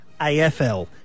AFL